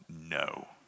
no